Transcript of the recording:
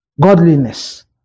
godliness